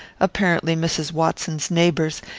apparently mrs. watson's neighbours,